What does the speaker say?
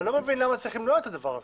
אני לא מבין למה צריך למנוע את הדבר הזה.